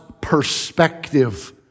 perspective